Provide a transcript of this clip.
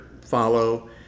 follow